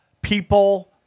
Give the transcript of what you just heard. People